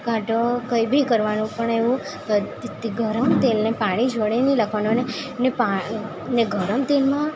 કાંતો કંઇ બી કરવાનું પણ એવું તે તે ગરમ તેલને પાણી જોડે નહીં નાખવાનું અને ને ને ગરમ તેલમાં